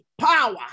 power